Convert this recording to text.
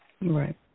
Right